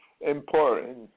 important